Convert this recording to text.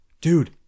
dude